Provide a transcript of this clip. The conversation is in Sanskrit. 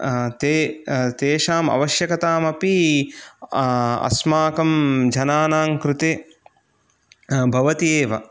ते तेषां आवश्यकताम् अपि अस्माकं जनानां कृते भवति एव